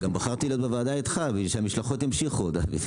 בחרתי גם להיות איתך בוועדה בשביל שהמשלחות ימשיכו.